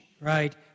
right